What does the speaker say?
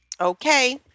Okay